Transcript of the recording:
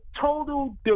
total